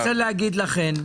להגיד לכן.